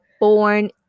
born